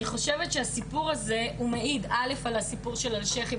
אני חושב שהסיפור הזה הוא מעיד אלף על ההמשך עם